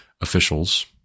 officials